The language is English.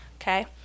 Okay